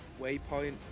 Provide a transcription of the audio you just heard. Waypoint